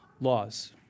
laws